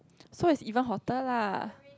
so is even hotter lah